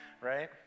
right